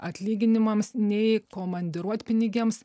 atlyginimams nei komandiruotpinigiams